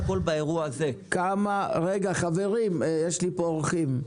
רגע חברים, יש פה אורחים,